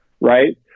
right